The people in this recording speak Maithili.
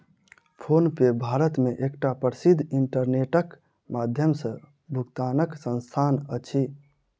फ़ोनपे भारत मे एकटा प्रसिद्ध इंटरनेटक माध्यम सॅ भुगतानक संस्थान अछि